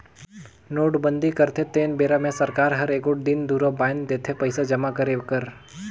नोटबंदी करथे तेन बेरा मे सरकार हर एगोट दिन दुरा बांएध देथे पइसा जमा करे कर